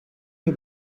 you